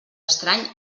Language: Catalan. estrany